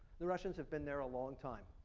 the russians have been there ah long time.